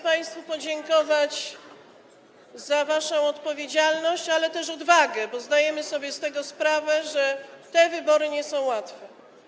państwu podziękować za waszą odpowiedzialność, ale też odwagę, bo zdajemy sobie sprawę z tego, że te wybory nie są łatwe.